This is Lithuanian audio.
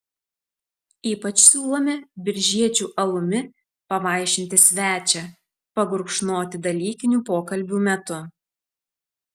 ypač siūlome biržiečių alumi pavaišinti svečią pagurkšnoti dalykinių pokalbių metu